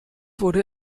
wurde